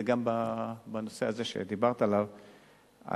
זה גם בנושא הזה שדיברת עליו,